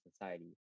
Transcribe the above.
society